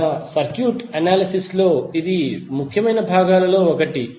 మా circuit analysis లో ఇది ముఖ్యమైన భాగాలలో ఒకటి